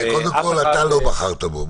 אתה לא בחרת בו.